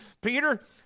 Peter